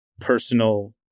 personal